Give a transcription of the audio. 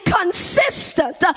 consistent